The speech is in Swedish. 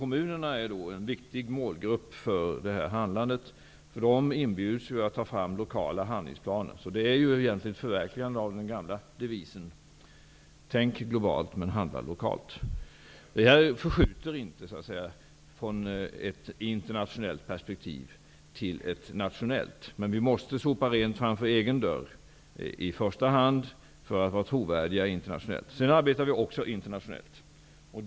Kommunerna är här en viktig målgrupp för handlandet, eftersom de inbjuds att ta fram lokala handlingsplaner. Det är egentligen ett förverkligande av den gamla devisen ''Tänk globalt men handla lokalt''. Detta förskjuter inte från ett internationellt till ett nationellt perspektiv. Men vi måste för att vara trovärdiga internationellt i första hand sopa rent framför egen dörr. Sedan arbetar vi också internationellt.